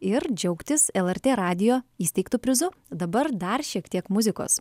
ir džiaugtis lrt radijo įsteigtu prizu dabar dar šiek tiek muzikos